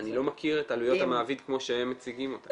אני לא מכיר את עלויות המעביד כמו שהם מציגים אותן.